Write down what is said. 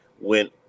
went